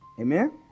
Amen